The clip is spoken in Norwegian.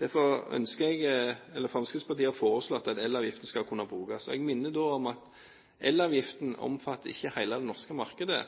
Derfor har Fremskrittspartiet foreslått at elavgiften skal kunne brukes. Jeg minner om at elavgiften ikke omfatter hele det norske markedet,